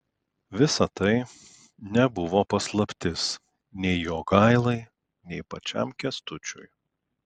visa tai nebuvo paslaptis nei jogailai nei pačiam kęstučiui